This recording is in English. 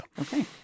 Okay